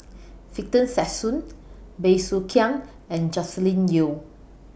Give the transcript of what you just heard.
Victor Sassoon Bey Soo Khiang and Joscelin Yeo